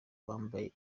bambaye